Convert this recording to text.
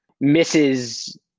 misses